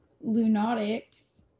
lunatics